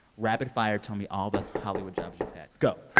rapid-fire tell me all the hollywood jobs you've had. go,